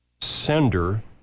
sender